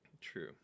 True